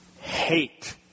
Hate